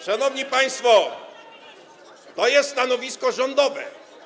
Szanowni państwo, takie jest stanowisko rządowe.